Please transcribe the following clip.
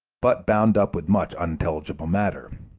but bound up with much unintelligible matter.